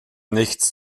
nichts